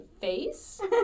face